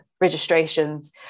registrations